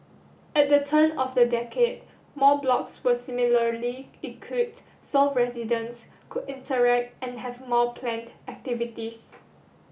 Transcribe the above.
at the turn of the decade more blocks were similarly equipped so residents could interact and have more planned activities